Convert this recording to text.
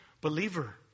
believer